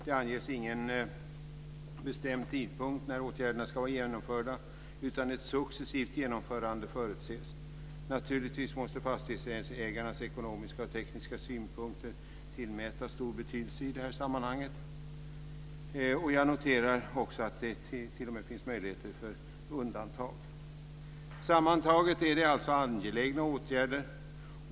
Det anges ingen bestämd tidpunkt när åtgärderna ska vara genomförda, utan ett successivt genomförande förutses. Naturligtvis måste fastighetsägarnas ekonomiska och tekniska synpunkter tillmätas stor betydelse i det här sammanhanget. Jag noterar också att det t.o.m. finns möjligheter till undantag. Sammantaget är det alltså fråga om angelägna åtgärder.